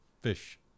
fish